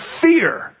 fear